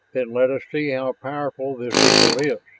then let us see how powerful this evil is!